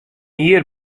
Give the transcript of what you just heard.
jier